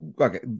okay